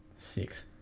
six